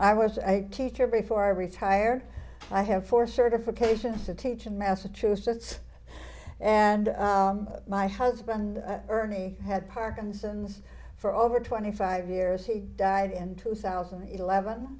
i was teacher before i retired i have four certifications to teach in massachusetts and my husband ernie had parkinson's for over twenty five years he died in two thousand and eleven